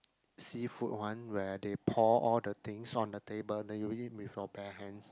seafood one where they pour all the things on the table then you eat with your bare hands